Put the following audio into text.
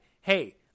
Hey